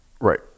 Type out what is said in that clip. Right